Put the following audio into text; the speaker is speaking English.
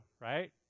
right